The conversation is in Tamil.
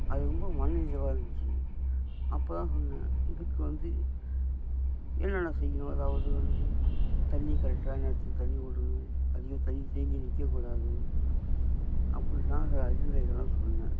அது ரொம்ப மன நிறைவாக இருந்துச்சு அப்போ தான் சொன்னேன் இதுக்கு வந்து என்னென்ன செய்யணும் அதாவது வந்து தண்ணி கரெக்டான நேரத்துக்கு தண்ணி விடணும் அதிகம் தண்ணி தேங்கி நிற்கக்கூடாது அப்படிலாம் அந்த அறிவுரைகள்லாம் சொன்னேன்